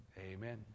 Amen